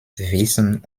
wissen